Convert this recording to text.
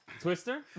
Twister